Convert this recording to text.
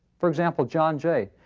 for example, john jay,